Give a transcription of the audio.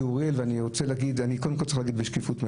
אני קודם כל צריך להגיד בשקיפות מלאה,